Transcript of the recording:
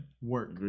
work